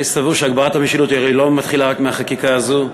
אני סבור שהגברת המשילות לא מתחילה רק מהחקיקה הזאת.